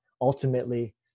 ultimately